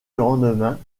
lendemain